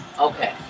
Okay